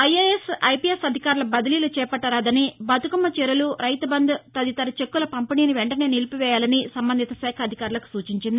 IAS IPS అధికారుల బదిలీలు చేపట్టరాదని బతుకమ్మ చీరెలు రైతుబంధు తదితర చెక్కుల పంపిణీని వెంటనే నిలిపివేయాలని సంబంధిత శాఖలకు సూచించింది